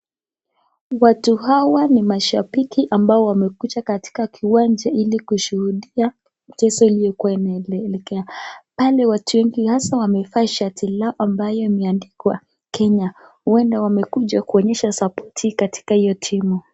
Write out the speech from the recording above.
Watu hawa ni mashabiki ambao wamekuja katika kiwanja ili kushuhudia mchezo iliyokuwa inaendelea pale watu wengi hasa wamevaa shati lao ambayo imeandikwa kenya huenda wamekuja kuonyesha sapoti katika hiyo timu.